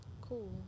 Cool